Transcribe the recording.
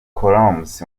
columbus